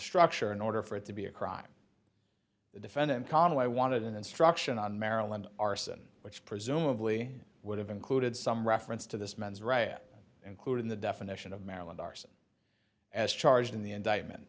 structure in order for it to be a crime the defendant conway wanted an instruction on maryland arson which presumably would have included some reference to this man's riot including the definition of maryland arson as charged in the indictment